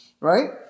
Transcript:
right